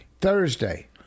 Thursday